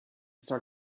start